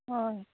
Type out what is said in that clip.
হয়